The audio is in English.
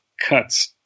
cuts